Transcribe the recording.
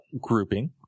grouping